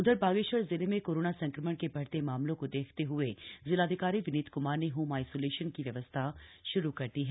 उधर बागेश्वर जिले में कोरोना संक्रमण के बढ़ते मामलों को देखते हए जिलाधिकारी विनीत क्मार ने होम आईसोलेशन की व्यवस्था शुरू कर दी है